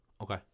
Okay